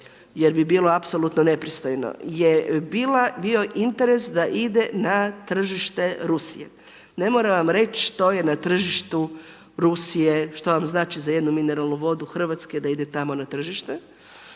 jer bi bila apsolutno nepristojna, je bio interes da ide na tržište Rusije. Ne moram vam reći što je na tržištu Rusije, što vam znači za jednu mineralnu vodu Hrvatske da ide tamo na tržište.